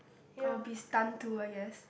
I will be stunned to I guess